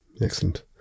Excellent